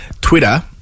Twitter